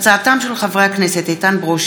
בעקבות דיון מהיר בהצעתם של חברי הכנסת עודד פורר,